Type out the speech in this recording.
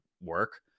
work